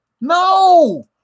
No